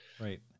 Right